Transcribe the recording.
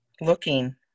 looking